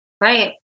Right